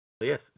Yes